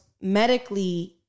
medically